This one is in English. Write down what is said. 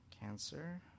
Cancer